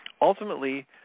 Ultimately